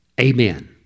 Amen